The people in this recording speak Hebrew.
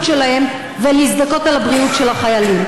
שלהם ולהזדכות על הבריאות של החיילים.